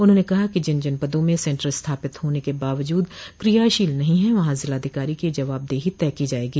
उन्होंने कहा कि जिन जनपदों में सेंटर स्थापित होने के बावजूद कियाशील नहीं हैं वहां जिलाधिकारी की जवाबदेही तय की जायेगी